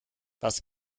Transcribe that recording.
was